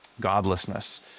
godlessness